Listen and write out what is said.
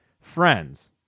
Friends